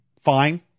fine